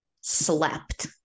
slept